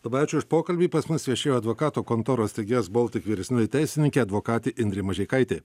labai ačiū už pokalbį pas mus viešėjo advokato kontoros steigėjas baltic vyresnioji teisininkė advokatė indrė mažeikaitė